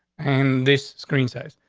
and this screen size?